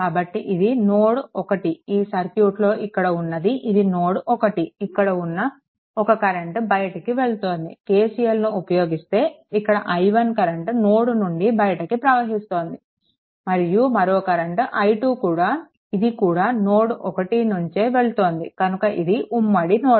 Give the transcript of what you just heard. కాబట్టి ఇది నోడ్1 ఈ సర్క్యూట్లో ఇక్కడ ఉన్నది ఇది నోడ్1 ఇక్కడ ఒక కరెంట్ బయటికి వెళ్తోంది KCLను ఉపయోగిస్తే ఇక్కడ i1 కరెంట్ నోడ్ నుండి బయటికి ప్రవహిస్తోంది మరియు మరో కరెంట్ i2 ఇది కూడా నోడ్1 నుంచే వెళ్తోంది కనుక ఇది ఉమ్మడి నోడ్